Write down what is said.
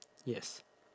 yes